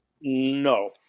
No